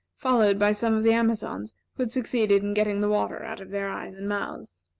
followed by some of the amazons who had succeeded in getting the water out of their eyes and mouths.